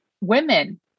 women